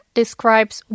describes